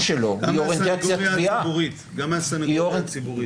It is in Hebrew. גם מהסנגוריה הציבורית.